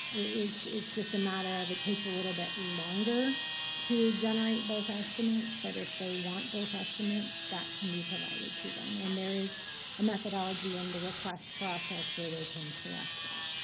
it's it's just a matter of it takes a little bit longer to generate both estimates. but if they want both estimates, that can be provided to them. and there is a methodology in the request process where they can select that.